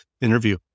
interview